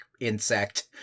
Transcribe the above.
insect